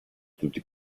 tutti